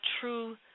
true